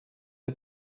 der